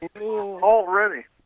Already